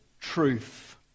truth